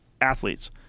athletes